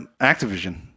Activision